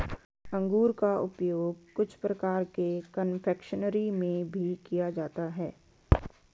अंगूर का उपयोग कुछ प्रकार के कन्फेक्शनरी में भी किया जाता है